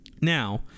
Now